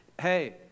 hey